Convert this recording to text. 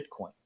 Bitcoin